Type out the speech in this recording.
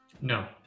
No